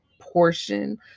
portion